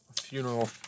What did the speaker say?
funeral